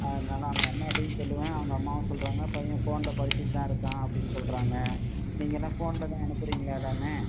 அதனால் அவங்க அம்மாட்டையும் சொல்லுவேன் அவங்க அம்மாவும் சொல்கிறாங்க பையன் ஃபோனில் படிச்சுட்டு தான் இருக்கான் அப்படினு சொல்கிறாங்க நீங்கள் தான் ஃபோனில் தான் அனுப்புகிறீங்களா எல்லாமே